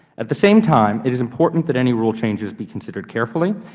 at the same time it is important that any rule changes be considered carefully,